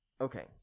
Okay